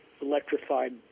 electrified